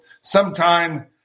Sometime